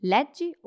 Leggi